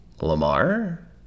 Lamar